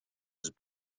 was